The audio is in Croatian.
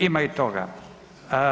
Ima i toga.